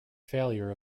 failure